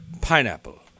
pineapple